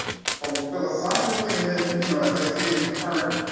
from philosophically, and then, you know, as i stated current,